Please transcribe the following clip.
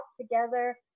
together